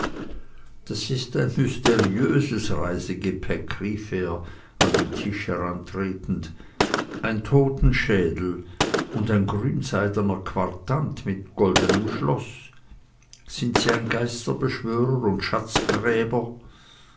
das ist ja ein mysteriöses reisegepäck rief er an den tisch herantretend ein totenschädel und ein grünseidener quartant mit goldenem schloß sind sie ein geisterbeschwörer und